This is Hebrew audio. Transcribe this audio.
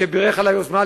שבירך על היוזמה,